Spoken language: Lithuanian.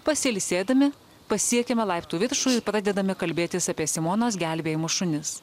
pasiilsėdami pasiekiame laiptų viršų ir pradedame kalbėtis apie simonos gelbėjimus šunis